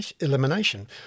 elimination